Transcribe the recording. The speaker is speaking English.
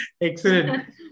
Excellent